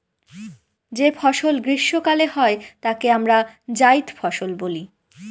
যে ফসল গ্রীস্মকালে হয় তাকে আমরা জাইদ ফসল বলি